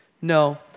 No